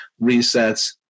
resets